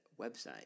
website